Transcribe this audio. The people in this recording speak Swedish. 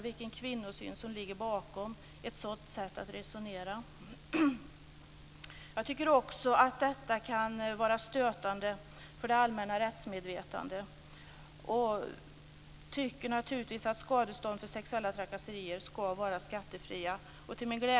Sverige befinner sig i dag i en högkonjunktur men dras med stora problem, som jag tidigare har beskrivit, mycket beroende på det höga skattetrycket. Fru talman!